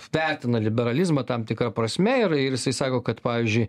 vertina liberalizmą tam tikra prasme ir ir jisai sako kad pavyzdžiui